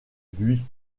lui